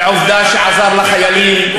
ועובדה שעזר לחיילים,